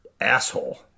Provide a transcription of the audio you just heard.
asshole